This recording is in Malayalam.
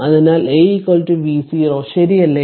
അതിനാൽ A V0 ശരിയല്ലേ